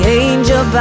angel